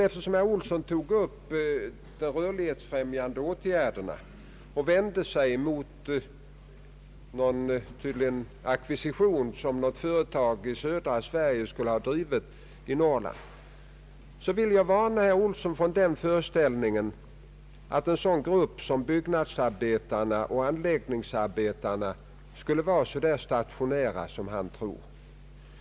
Eftersom herr Olsson tog upp de rörlighetsfrämjande åtgärderna och vände sig mot den ackvisition som vis sa företag i södra Sverige skulle ha bedrivit i Norrland, vill jag varna herr Olsson för den föreställningen att sådana grupper som byggnadsarbetarna och anläggningsarbetarna skulle vara så stationära som han tror.